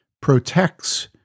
protects